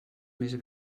més